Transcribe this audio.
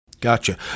gotcha